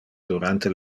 durante